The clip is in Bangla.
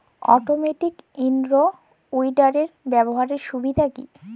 অটোমেটিক ইন রো উইডারের ব্যবহারের সুবিধা কি?